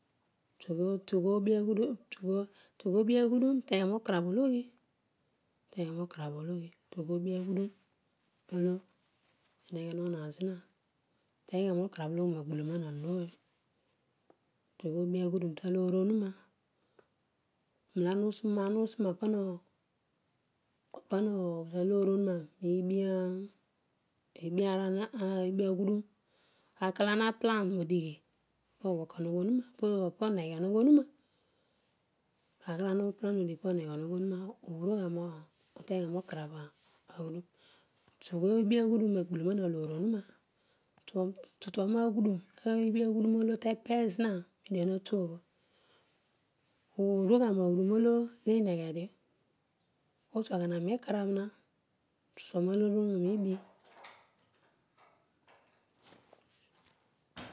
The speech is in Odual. Tugho tughoobi aghuduro dugho tugho bia gbuduro utenyugha rookarabh ologhi utenyugha rookarabh ologhi tughoobia ghuduro roolo ami nadeghe hanogho zina uteng ugha roo karabh ologhiro a gboloman roo mon ooy tugh obi agbudum talookoluroa aroem olo ana usuroa pamo pamo oghool aloorohuroa roubi agbu duro kaa kaa olo ana ha plam roodigh po work obiogho onuroa po oneghe onogho onu roo, kaar kaar olo ana uplan odighi poneghe onogho ohuma utengugha rookarabh aghuduro. Tugh obiaghu duro roa gboloroan alooronuroa tutua miibi aghudure olo tepel ziina medie natuobho urughugha roa ghudu roolo ineghedio utuaghaba mitanabh na dighaghuduro niibi